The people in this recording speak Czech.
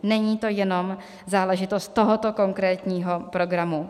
Není to jenom záležitost tohoto konkrétního programu.